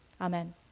Amen